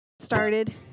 started